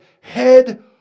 head